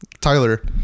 Tyler